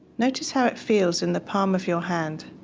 notice how it feels in the palm of your hand.